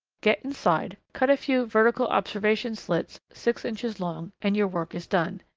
get inside, cut a few vertical observation slits six inches long, and your work is done.